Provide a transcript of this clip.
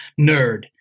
nerd